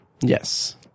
Yes